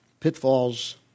Pitfalls